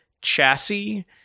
chassis